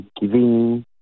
giving